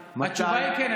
התשובה היא כן,